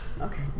Okay